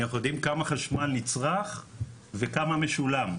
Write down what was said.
אנחנו יודעים כמה חשמל נצרך וכמה משולם,